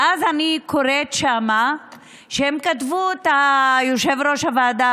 ואז אני קוראת שם שהם כתבו: ליושב-ראש הוועדה